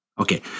Okay